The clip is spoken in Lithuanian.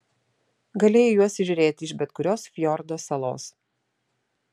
galėjai juos įžiūrėti iš bet kurios fjordo salos